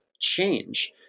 change